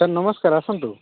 sir ନମସ୍କାର ଆସନ୍ତୁ